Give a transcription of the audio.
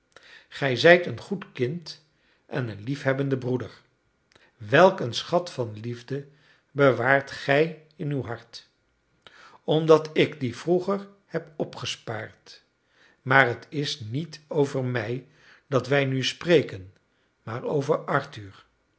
ge zijt een goed kind en een liefhebbende broeder welk een schat van liefde bewaart gij in uw hart omdat ik dien vroeger heb opgespaard maar t is niet over mij dat wij nu spreken maar over arthur